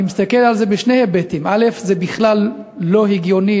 אני מסתכל על זה בשני היבטים: זה בכלל לא הגיוני,